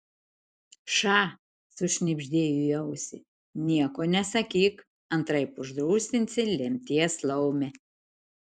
ša sušnibždėjo į ausį nieko nesakyk antraip užrūstinsi lemties laumę